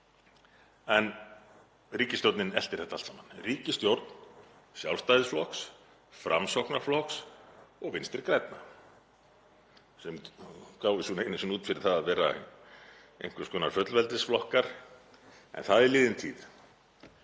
En ríkisstjórnin eltir þetta allt saman, ríkisstjórn Sjálfstæðisflokks, Framsóknarflokks og Vinstri grænna, sem gáfu sig einu sinni út fyrir að vera einhvers konar fullveldisflokkar. En það er liðin tíð.